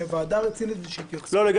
ועדה רצינית ושיתייחסו אלינו ברצינות.